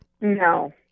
No